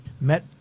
met